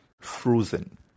frozen